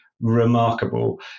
remarkable